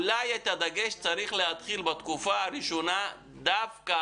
אולי הדגש צריך להיות בתקופה הראשונה דווקא